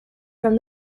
from